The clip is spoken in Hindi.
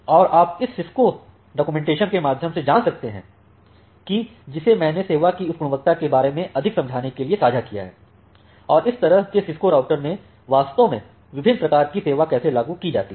और आप इस सिस्को प्रलेखन के माध्यम से जान सकते हैं जिसे मैंने सेवा की इस गुणवत्ता के बारे में अधिक समझने के लिए साझा किया है और इस तरह के सिस्को राउटर में वास्तव में विभिन्न प्रकार की सेवा कैसे लागू की जाती है